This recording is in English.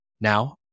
Now